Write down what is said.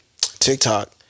TikTok